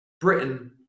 britain